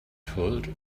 told